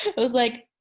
but but was like,